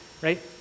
right